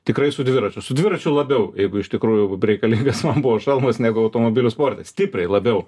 tikrai su dviračiu su dviračiu labiau jeigu iš tikrųjų reikalingas man buvo šalmas negu automobilių sporte stipriai labiau